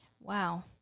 Wow